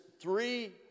three